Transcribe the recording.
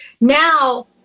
Now